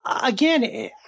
again